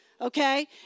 okay